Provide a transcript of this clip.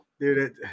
Dude